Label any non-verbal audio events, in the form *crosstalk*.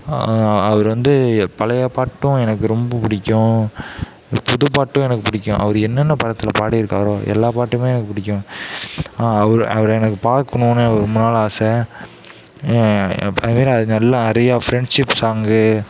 அவர் வந்து பழைய பாட்டும் எனக்கு ரொம்ப பிடிக்கும் புதுப்பாட்டும் எனக்கு பிடிக்கும் அவர் என்னென்ன படத்தில் பாடியிருக்காரோ எல்லா பாட்டுமே எனக்கு பிடிக்கும் அவு அவர எனக்கு பார்க்குணுன்னு ரொம்ப நாள் ஆசை *unintelligible* நல்ல நிறையா ஃப்ரண்ட்ஷிப் சாங்கு